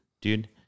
dude